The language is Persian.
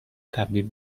تبدیل